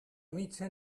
mitja